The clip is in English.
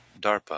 DARPA